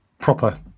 proper